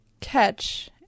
catch